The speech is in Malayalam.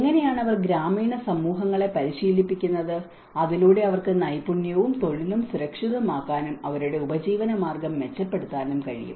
എങ്ങനെയാണ് അവർ ഗ്രാമീണ സമൂഹങ്ങളെ പരിശീലിപ്പിക്കുന്നത് അതിലൂടെ അവർക്ക് നൈപുണ്യവും തൊഴിലും സുരക്ഷിതമാക്കാനും അവരുടെ ഉപജീവനമാർഗം മെച്ചപ്പെടുത്താനും കഴിയും